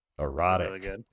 Erotic